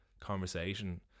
Conversation